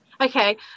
Okay